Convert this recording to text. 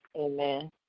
Amen